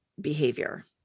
behavior